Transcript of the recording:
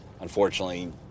unfortunately